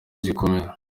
zikomeye